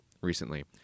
recently